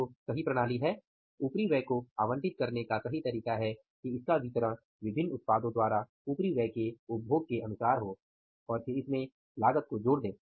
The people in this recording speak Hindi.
तो सही प्रणाली है उपरिव्यय को आवंटित करने का सही तरीका है कि इसका वितरण विभिन्न उत्पादों द्वारा उपरिव्यय के उपभोग के अनुसार हो और फिर इसमें लागत को जोड़ दें